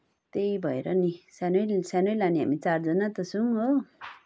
त्यही भएर नि सानै सानै लाने हामी चारजना त छौंँ हो